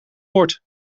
wordt